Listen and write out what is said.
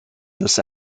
this